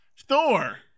Thor